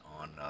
on